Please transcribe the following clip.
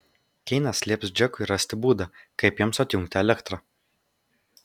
keinas lieps džekui rasti būdą kaip jiems atjungti elektrą